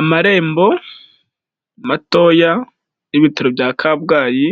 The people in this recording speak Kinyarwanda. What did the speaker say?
Amarembo matoya y'ibitaro bya Kabgayi